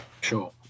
sure